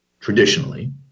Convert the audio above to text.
traditionally